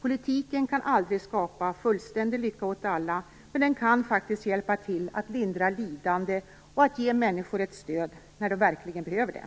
Politiken kan aldrig skapa fullständig lycka åt alla, men den kan faktiskt hjälpa till att lindra lidande och ge människor ett stöd när de verkligen behöver det.